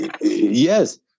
Yes